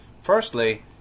firstly